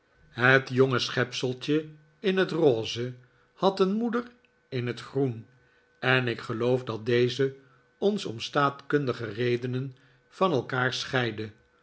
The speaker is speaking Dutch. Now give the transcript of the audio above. het jonge schepseltje in net rose had een moeder in het groen en ik geloof dat deze ons om staatkundige redenen van elkaar scheidde